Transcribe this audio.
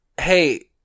Hey